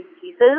pieces